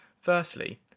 Firstly